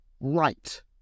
Right